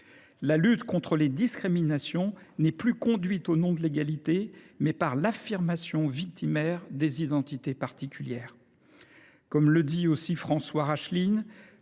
La lutte contre les discriminations est conduite non plus au nom de l’égalité, mais par l’affirmation victimaire des identités particulières. Ainsi que le souligne François Rachline,